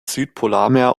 südpolarmeer